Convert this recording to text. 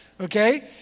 Okay